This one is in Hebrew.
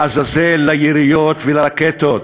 לעזאזל היריות והרקטות.